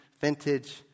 vintage